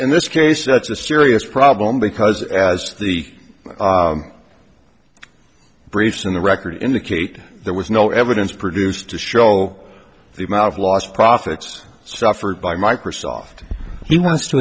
in this case that's a serious problem because as the briefs in the record indicate there was no evidence produced to show the amount of lost profits suffered by microsoft he wants to